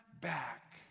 back